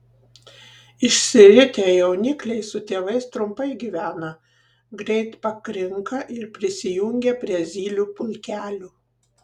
išsiritę jaunikliai su tėvais trumpai gyvena greit pakrinka ir prisijungia prie zylių pulkelių